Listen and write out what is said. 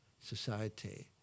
society